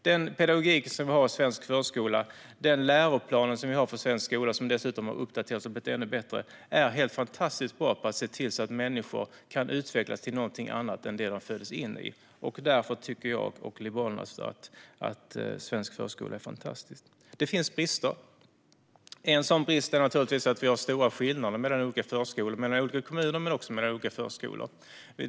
Den pedagogik som vi har i svensk förskola, den läroplan som vi har för svensk skola och som dessutom har uppdaterats och blivit ännu bättre, är helt fantastiskt bra på att se till att människor kan utvecklas till något helt annat än det som de föddes in i. Därför tycker jag och Liberalerna att svensk förskola är fantastisk. Det finns brister. En sådan brist är att vi har stora skillnader mellan olika kommuner men också mellan olika förskolor.